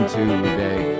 today